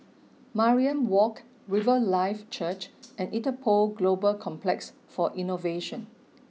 Mariam Walk Riverlife Church and Interpol Global Complex for Innovation